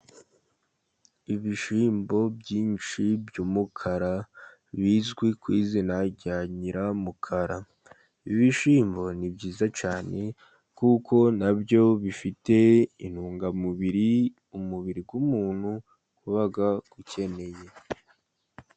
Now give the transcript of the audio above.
Ibishyimbo byinshi by'umukara bizwi ku izina rya nyiramukara, ibishimbo ni byiza cyane, kuko na byo bifite intungamubiri umubiri w'umuntu uba ukeneye.